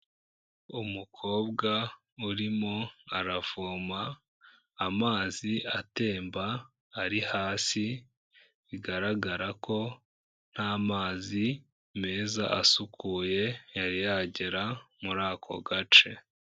Umukobwa urimo aravoma amazi atemba ari hasi, bigaragara ko nta mazi meza asukuye yari yagera muri ako gace.